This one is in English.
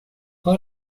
all